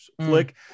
flick